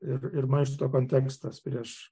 ir ir maišto kontekstas prieš